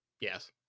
Yes